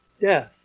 death